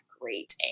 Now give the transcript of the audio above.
great